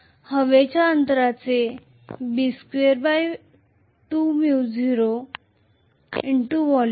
हवेच्या अंतराचे B22µ0 x volume